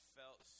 felt